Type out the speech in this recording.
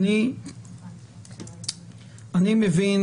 אני מבין